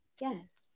Yes